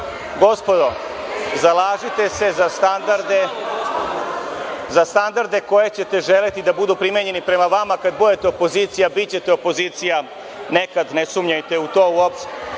gospodo, zalažite se za standarde koje ćete želeti da budu primenjeni prema vama kad budete opozicija, a bićete opozicija nekad, ne sumnjajte u to uopšte. Dakle,